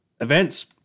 events